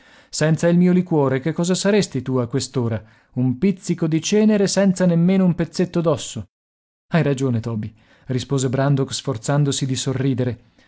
senza il mio liquore che cosa saresti tu a quest'ora un pizzico di cenere senza nemmeno un pezzetto d'osso hai ragione toby rispose brandok sforzandosi di sorridere